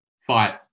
fight